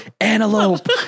antelope